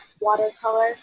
watercolor